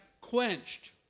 quenched